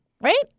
Right